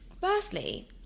firstly